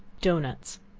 dough-nuts.